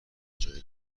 جای